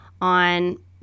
on